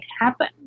happen